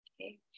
Okay